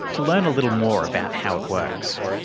to learn a little more about how it works.